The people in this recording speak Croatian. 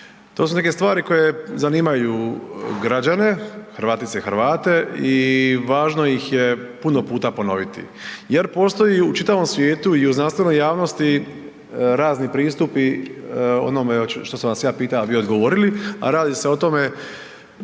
To su neke stvari koje zanimaju građane, Hrvatice i Hrvate i važno ih je puno puta ponoviti jer postoji u čitavom svijetu i u znanstvenoj javnosti razni pristupi onome što sam vas ja pitao, a vi odgovorili, a radi se o tome